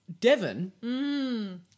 Devon